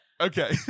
Okay